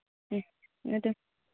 ꯎꯝ ꯑꯗꯨꯝ